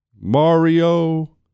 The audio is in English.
Mario